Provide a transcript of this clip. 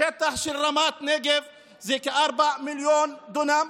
השטח של רמת נגב הוא כ-4 מיליון דונם.